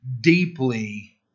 deeply